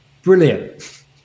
Brilliant